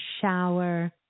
shower